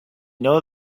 know